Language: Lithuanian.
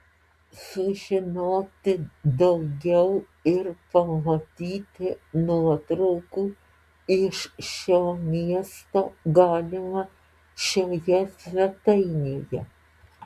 sužinoti daugiau ir pamatyti nuotraukų iš šio miesto galima šioje svetainėje